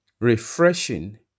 refreshing